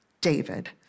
David